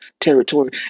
territory